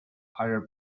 other